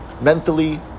mentally